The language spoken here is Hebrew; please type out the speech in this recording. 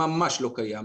ממש לא קיים,